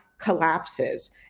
Collapses